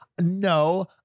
no